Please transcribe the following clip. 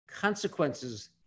consequences